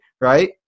right